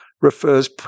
refers